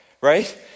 right